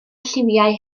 lliwiau